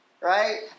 Right